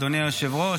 היושב-ראש.